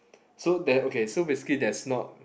so there okay so basically there's not